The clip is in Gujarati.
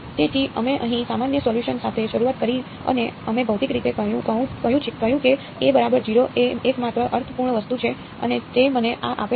તેથી અમે અહીં સામાન્ય સોલ્યુસન સાથે શરૂઆત કરી અને અમે ભૌતિક રીતે કહ્યું કે a બરાબર 0 એ એકમાત્ર અર્થપૂર્ણ વસ્તુ છે અને તે મને આ આપે છે